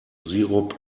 syrup